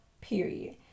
period